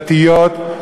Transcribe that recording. דתיות,